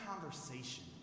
conversation